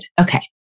Okay